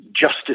Justice